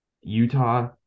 utah